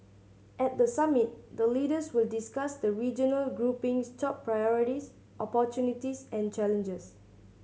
at the summit the leaders will discuss the regional grouping's top priorities opportunities and challenges